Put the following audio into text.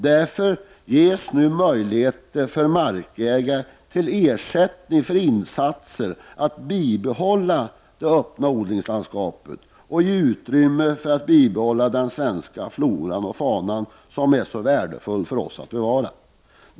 Därför får nu markägare ersättning för sina insatser för att bibehålla det öppna odlingslandskapet och ge utrymme för en bibehållen svensk flora och fauna, som det är så värdefullt för oss att bevara.